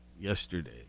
yesterday